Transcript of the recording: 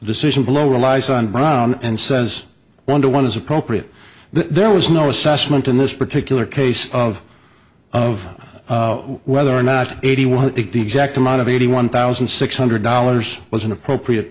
decision below relies on brown and says one to one is appropriate there was no assessment in this particular case of of whether or not eighty one exact amount of eighty one thousand six hundred dollars was an appropriate